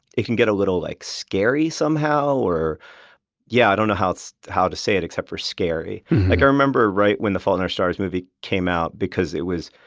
it can get a little like scary somehow or yeah, i don't know how so how to say it except for scary like i remember right when the fault in our stars movie came out because it was,